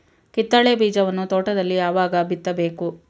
ಕಿತ್ತಳೆ ಬೀಜವನ್ನು ತೋಟದಲ್ಲಿ ಯಾವಾಗ ಬಿತ್ತಬೇಕು?